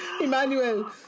Emmanuel